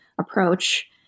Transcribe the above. approach